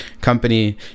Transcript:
company